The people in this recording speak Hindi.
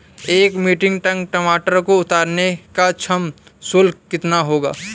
एक मीट्रिक टन टमाटर को उतारने का श्रम शुल्क कितना होगा?